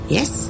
Yes